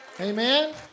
Amen